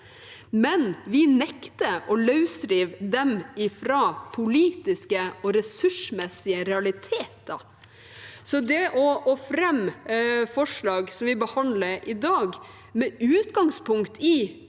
men vi nekter å løsrive dem fra politiske og ressursmessige realiteter. Det å fremme forslag som det vi behandler i dag, med utgangspunkt i